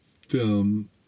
film